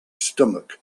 stomach